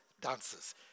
dances